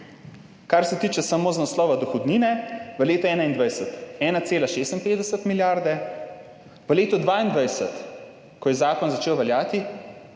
Kar se tiče tega iz naslova dohodnine – v letu 2021 1,56 milijarde, v letu 2022, ko je zakon začel veljati,